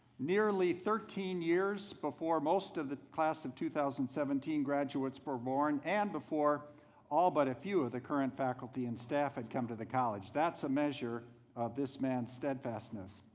nearly thirteen years before most of the class of two thousand and seventeen graduates were born and before all, but a few, of the current faculty and staff had come to the college. that's a measure of this man's steadfastness.